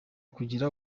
kugira